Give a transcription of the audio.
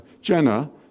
Jenna